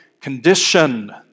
condition